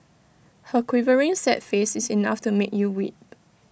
her quivering sad face is enough to make you weep